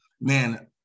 man